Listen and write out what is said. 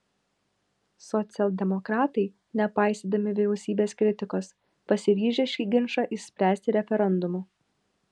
socialdemokratai nepaisydami vyriausybės kritikos pasiryžę šį ginčą išspręsti referendumu